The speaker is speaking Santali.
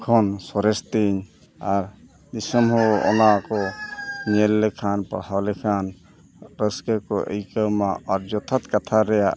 ᱠᱷᱚᱱ ᱥᱚᱨᱮᱥᱛᱤᱧ ᱟᱨ ᱱᱤᱥᱟᱹᱱ ᱦᱚᱸ ᱚᱱᱟ ᱠᱚ ᱧᱮᱞ ᱞᱮᱠᱷᱟᱱ ᱯᱟᱲᱦᱟᱣ ᱞᱮᱠᱷᱟᱱ ᱨᱟᱹᱥᱠᱟᱹ ᱠᱚ ᱟᱹᱭᱠᱟᱹᱣᱢᱟ ᱟᱨ ᱡᱚᱛᱷᱟᱛ ᱠᱟᱛᱷᱟ ᱨᱮᱭᱟᱜ